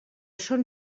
son